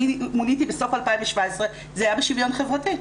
אני מוניתי בסוף 2017, זה היה בשוויון חברתי.